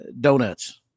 donuts